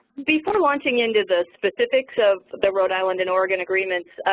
before launching into the specifics of the rhode island and oregon agreement,